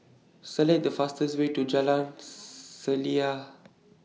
Select The fastest Way to Jalan Selaseh